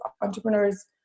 Entrepreneurs